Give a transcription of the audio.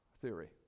theory